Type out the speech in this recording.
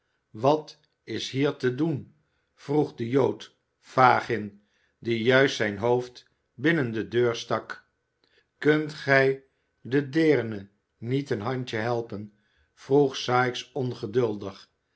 wat is hier te doen vroeg de jood fagin die juist zijn hoofd binnen de deur stak kunt gij de deerne niet een handje helpen vroeg sikes ongeduldig